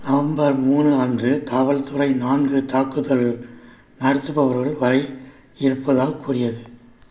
November மூணு அன்று காவல்துறை நான்கு தாக்குதல் நடத்துபவர்கள் வரை இருப்பதாகக் கூறியது